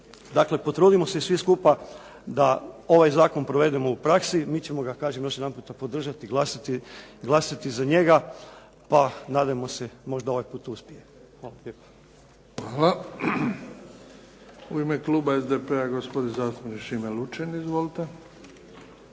Dakle, potrudimo se i svi skupa da ovaj zakon provedemo u praksi. Mi ćemo ga, kažem još jedanputa podržati, glasati za njega, pa nadajmo se možda ovaj put uspijemo. Hvala lijepo. **Bebić, Luka (HDZ)** Hvala. U ime kluba SDP-a, gospodin zastupnik Šime Lučin. Izvolite.